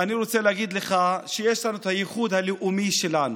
אני רוצה להגיד לך שיש לנו את הייחוד הלאומי שלנו.